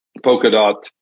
Polkadot